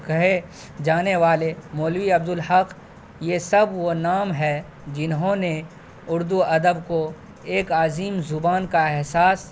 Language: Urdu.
کہے جانے والے مولوی عبدالحق یہ سب وہ نام ہیں جنہوں نے اردو ادب کو ایک عظیم زبان کا احساس